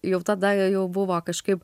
jau tada jau buvo kažkaip